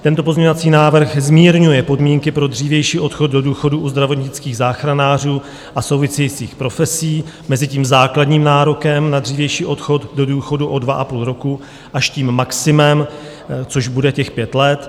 Tento pozměňovací návrh zmírňuje podmínky pro dřívější odchod do důchodu u zdravotnických záchranářů a souvisejících profesí, mezi tím základním nárokem na dřívější odchod do důchodu o 2,5 roku až tím maximem, což bude těch 5 let.